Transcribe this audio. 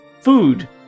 food